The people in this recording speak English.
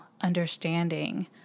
understanding